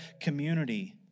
community